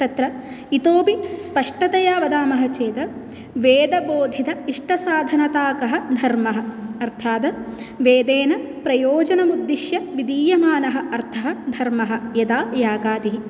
तत्र इतोऽपि स्पष्टतया वदामः चेत् वेदबोधित इष्ट साधनताकः धर्मः अर्थात् वेदेन प्रयोजनम् उद्दिश्य विधीयमानः अर्थः धर्मः यदा यागादिः